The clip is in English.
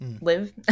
live